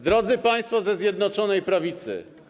Drodzy Państwo ze Zjednoczonej Prawicy!